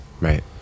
Right